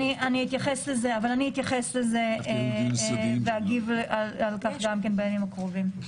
אבל אתייחס לזה, ואגיב על כך גם בימים הקרובים.